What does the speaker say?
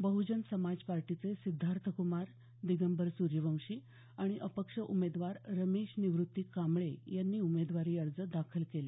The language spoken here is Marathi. बह्जन समाज पार्टीचे सिद्धार्थ कुमार दिगंबर सूर्यवंशी आणि अपक्ष उमेदवार रमेश निवृत्ती कांबळे यांनी उमेदवारी अर्ज दाखल केले